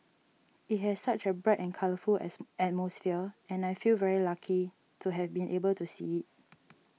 it has such a bright and colourful as atmosphere and I feel very lucky to have been able to see it